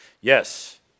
Yes